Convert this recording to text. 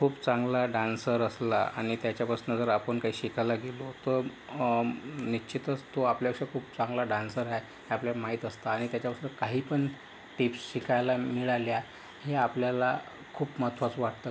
खूप चांगला डान्सर असला आणि त्याच्यापासनं जर आपण काही शिकायला गेलो तर निश्चितच तो आपल्यापेक्षा खूप चांगला डान्सर आहे हे आपल्याला माहीत असतं आणि त्याच्यापासून काहीपण टिप्स् शिकायला मिळाल्या हे आपल्याला खूप महत्त्वाचं वाटतं